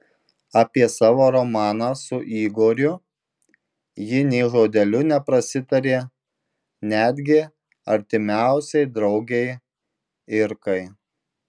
apie savo romaną su igoriu ji nė žodeliu neprasitarė netgi artimiausiai draugei irkai